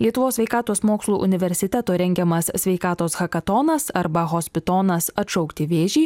lietuvos sveikatos mokslų universiteto rengiamas sveikatos hakatonas arba hospitonas atšaukti vėžį